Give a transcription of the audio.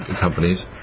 companies